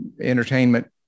entertainment